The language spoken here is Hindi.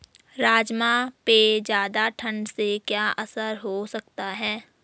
राजमा पे ज़्यादा ठण्ड से क्या असर हो सकता है?